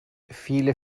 viele